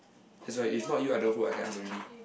that's why if not you I don't know who I can ask already